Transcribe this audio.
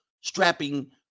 strapping